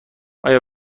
آیا